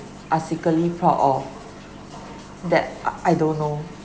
are secretly proud of that I I don't know